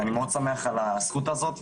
ואני מאוד שמח על הזכות הזאת,